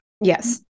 Yes